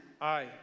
Aye